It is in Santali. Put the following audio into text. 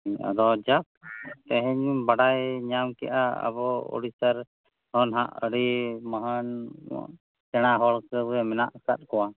ᱟᱫᱚ ᱡᱟᱠ ᱛᱮᱦᱮᱧᱤᱧ ᱵᱟᱰᱟᱭ ᱧᱟᱢᱠᱮᱫᱟ ᱟᱵᱚ ᱩᱲᱤᱥᱥᱟ ᱨᱮᱱᱦᱚᱸ ᱟᱹᱰᱤ ᱢᱟᱦᱟᱱ ᱥᱮᱬᱟ ᱦᱚᱲᱠᱚᱜᱮ ᱢᱮᱱᱟᱜ ᱟᱠᱟᱫ ᱠᱚᱣᱟ